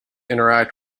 interact